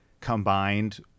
combined